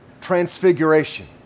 transfiguration